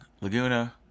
Laguna